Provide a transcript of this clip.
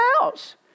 else